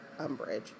Umbridge